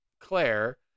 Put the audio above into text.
Claire